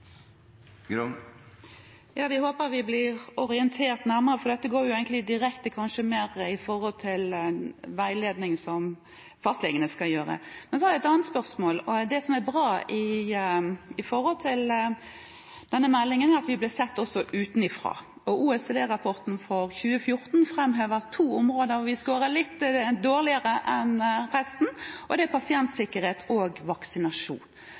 Vi håper vi blir orientert nærmere, for dette går egentlig direkte på veiledning som fastlegene skal gi. Så har jeg et annet spørsmål. Det som er bra i denne meldingen, er at vi også blir sett utenfra. OECD-rapporten for 2014 framhever to områder hvor vi scorer litt dårligere enn resten, og det er på pasientsikkerhet og vaksinasjon. Begge deler overrasker oss egentlig, for vi trodde vi lå i tetsjiktet på de områdene. Men når det gjelder spesielt vaksinasjon: